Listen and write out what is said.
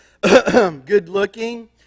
good-looking